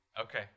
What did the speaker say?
Okay